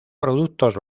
productos